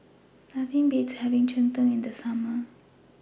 Nothing Beats having Cheng Tng in The Summer